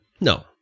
No